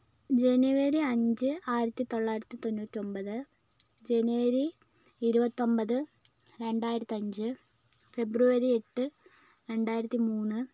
ജനുവരി അഞ്ച് ആയിരത്തിതൊള്ളായിരത്തി തൊണ്ണൂറ്റി ഒൻപത് ജനുവരി ഇരുപത്തൊൻപത് രണ്ടായിരത്തി അഞ്ച് ഫെബ്രുവരി എട്ട് രണ്ടായിരത്തി മൂന്ന്